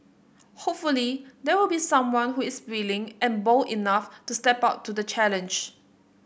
hopefully there will be someone who is willing and bold enough to step up to the challenge